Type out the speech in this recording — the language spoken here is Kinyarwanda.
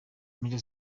major